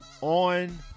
on